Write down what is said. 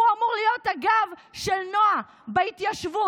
הוא אמור להיות הגב של נועה בהתיישבות.